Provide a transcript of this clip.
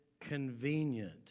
convenient